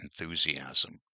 enthusiasm